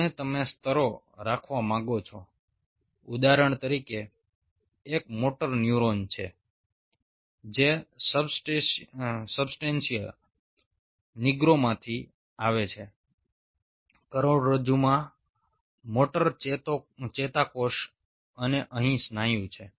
અને તમે 3 સ્તરો રાખવા માંગો છો ઉદાહરણ તરીકે એક મોટર ન્યુરોન જે સબસ્ટેન્શિઆ નિગ્રામાંથી આવે છે કરોડરજ્જુમાં મોટર ચેતાકોષ અને અહીં સ્નાયુ છે